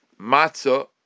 matzah